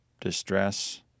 distress